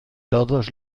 todos